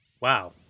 Wow